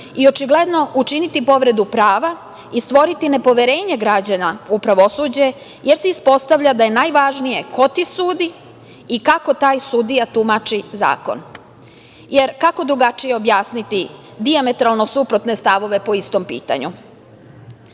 i očigledno učiniti povredu prava i stvoriti nepoverenje građana u pravosuđe, jer se ispostavlja da je najvažnije ko ti sudi i kako taj sudija tumači zakon. Jer, kako drugačije objasniti dijametralno suprotne stavove po istom pitanju? Novoj